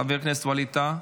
חבר הכנסת ווליד טאהא,